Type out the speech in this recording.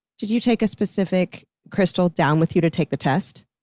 did you take a specific crystal down with you to take the test?